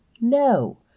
No